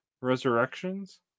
Resurrections